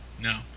No